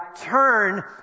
turn